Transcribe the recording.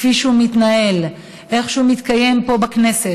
כפי שהוא מתנהל ואיך הוא שמתקיים פה בכנסת.